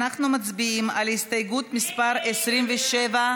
אנחנו מצביעים על הסתייגות מס' 27,